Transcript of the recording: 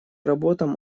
работам